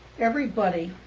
everybody